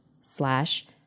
slash